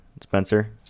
spencer